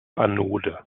anode